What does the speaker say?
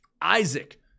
Isaac